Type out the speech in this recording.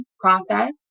process